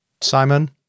Simon